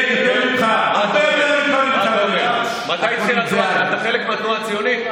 כן, מתי התחילה התנועה הציונית?